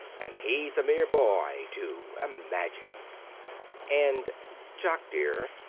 and he's a mere boy, too. imagine and, jock dear,